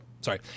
sorry